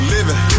Living